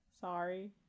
Sorry